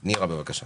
נירה, בבקשה.